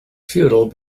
futile